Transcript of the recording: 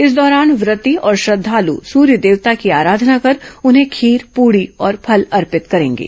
इस दौरान व्रती और श्रद्वालु सूर्य देवता की अराधना कर उन्हें खीर पूड़ी और फल अर्पित करेंगे